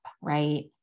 right